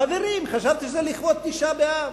חברים, חשבתי שזה לכבוד תשעה באב.